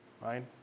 right